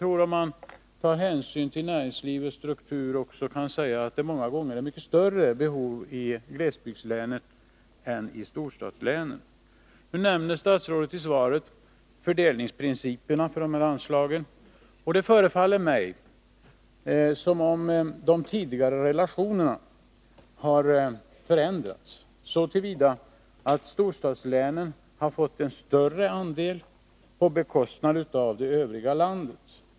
Om man tar hänsyn till näringslivets struktur tror jag att man också kan säga att behovet av syo-insatser där många gånger är mycket större än i storstadslänen. Statsrådet nämner i svaret fördelningsprinciperna för anslaget. Det förefaller mig som om de tidigare relationerna har förändrats, så till vida att storstadslänen har fått en större andel på bekostnad av det övriga landet.